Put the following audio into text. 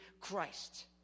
Christ